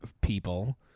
people